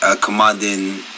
commanding